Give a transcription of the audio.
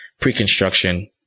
pre-construction